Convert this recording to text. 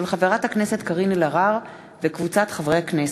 של חברת הכנסת קארין אלהרר וקבוצת חברי הכנסת,